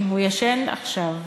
הוא ישן עכשיו,